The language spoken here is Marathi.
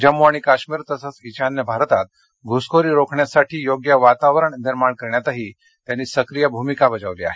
जम्मू आणि काश्मीर तसंच ईशान्य भारतात घुसखोरी रोखण्यासाठी योग्य वातावरण निर्माण करण्यातही त्यांनी सक्रीय भूमिका बजावली आहे